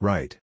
Right